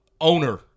owner